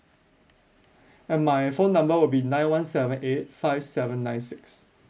and my phone number would be nine one seven eight five seven nine six